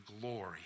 glory